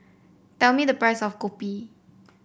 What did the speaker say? tell me the price of Kopi